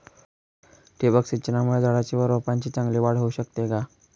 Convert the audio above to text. ठिबक सिंचनामुळे झाडाची व रोपांची चांगली वाढ होऊ शकते का?